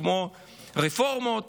כמו רפורמות